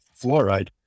fluoride